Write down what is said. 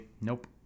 Nope